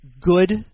Good